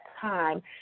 time